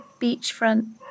beachfront